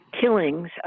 killings